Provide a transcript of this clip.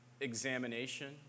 examination